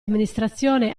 amministrazione